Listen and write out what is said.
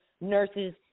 nurses